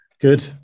Good